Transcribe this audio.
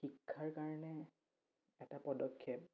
শিক্ষাৰ কাৰণে এটা পদক্ষেপ